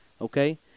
okay